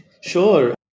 Sure